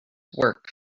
work